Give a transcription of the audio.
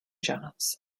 jazz